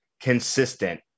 consistent